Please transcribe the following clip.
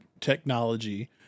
technology